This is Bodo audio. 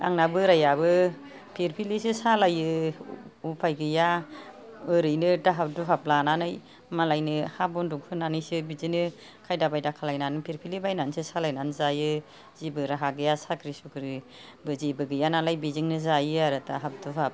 आंना बोराइयाबो फिरफिलिसो सालायो उफाय गैया ओरैनो दाहाब दुहाब लानानै मालायनो हा बन्दक होनानैसो बिदिनो खायदा बायदा खालायनानै फिरफिलि बायनानैसो सालायनानै जायो जेबो राहा गैया साख्रि सुख्रिबो जेबो गैया नालाय बेजोंनो जायो आरो दाहाब दुहाब